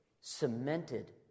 cemented